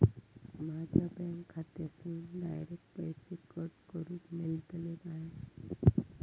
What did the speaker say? माझ्या बँक खात्यासून डायरेक्ट पैसे कट करूक मेलतले काय?